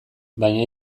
baina